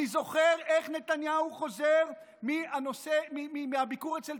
אני זוכר איך נתניהו חוזר מהביקור אצל